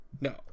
No